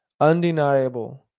Undeniable